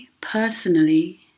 personally